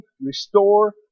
restore